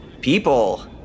people